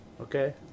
Okay